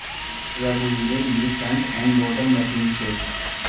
रघुवीरेल ली front end loader machine छेक